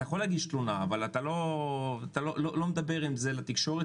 אתה יכול להגיש תלונה אבל לא מדברים על זה בתקשורת